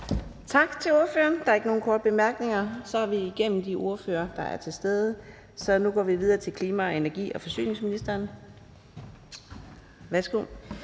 Tak til ordføreren. Der er ikke nogen korte bemærkninger. Vi er igennem de ordførere, der er til stede, så nu går vi videre til klima-, energi- og forsyningsministeren. Værsgo.